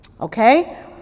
Okay